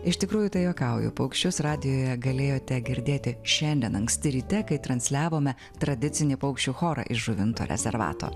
iš tikrųjų tai juokauju paukščius radijuje galėjote girdėti šiandien anksti ryte kai transliavome tradicinį paukščių chorą iš žuvinto rezervato